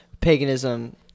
paganism